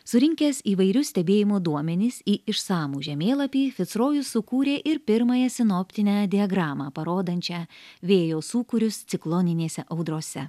surinkęs įvairius stebėjimo duomenis į išsamų žemėlapį ficrojus sukūrė ir pirmąją sinoptinę diagramą parodančią vėjo sūkurius cikloninėse audrose